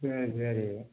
சரி சரி